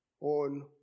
on